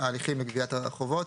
ההליכים לגביית החובות.